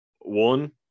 one